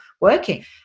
working